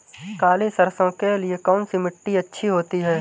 काली सरसो के लिए कौन सी मिट्टी अच्छी होती है?